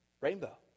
Rainbow